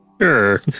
Sure